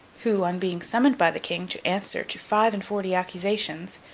who, on being summoned by the king to answer to five-and-forty accusations,